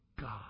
God